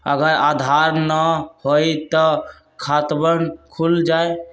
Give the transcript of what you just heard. अगर आधार न होई त खातवन खुल जाई?